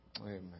Amen